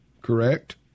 correct